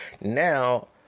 Now